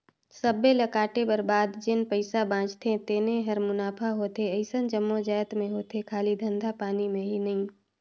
सबे ल कांटे कर बाद जेन पइसा बाचथे तेने हर मुनाफा होथे अइसन जम्मो जाएत में होथे खाली धंधा पानी में ही नई